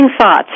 thoughts